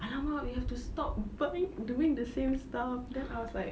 !alamak! we have to stop buying doing the same stuff then I was like